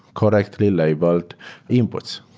correctly labeled inputs,